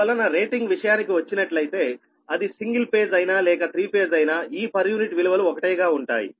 అందువలన రేటింగ్ విషయానికి వచ్చినట్లయితే అది సింగిల్ ఫేజ్ అయినా లేక త్రీ ఫేజ్ అయినా ఈ పర్ యూనిట్ విలువలు ఒకటేగా ఉంటాయి